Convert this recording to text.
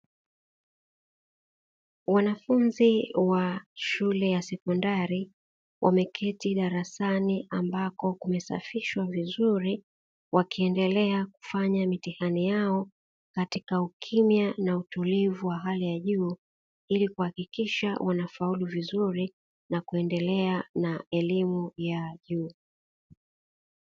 Wanafunzi wa shule ya sekondari wameketi darasani ambako kumesafishwa vizuri, wakiendelea kufanya mitihani yao katika ukimya na utulivu wa hali ya juu ili kuhakikisha wanafaulu vizuri na kuendelea na elimu ya juu.